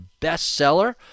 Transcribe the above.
bestseller